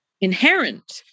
inherent